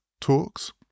Talks